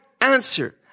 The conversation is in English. answer